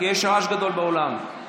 יש רעש גדול באולם.